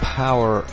power